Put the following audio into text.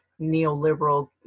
neoliberal